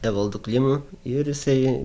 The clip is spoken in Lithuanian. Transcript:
evaldu klimu ir jisai